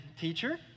teacher